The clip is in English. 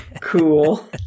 Cool